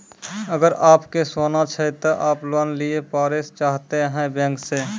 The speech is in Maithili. अगर आप के सोना छै ते आप लोन लिए पारे चाहते हैं बैंक से?